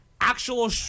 actual